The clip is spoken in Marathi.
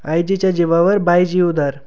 आयजीच्या जिवावर बायजी उदार